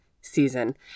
season